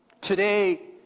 Today